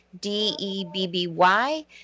D-E-B-B-Y